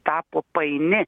tapo paini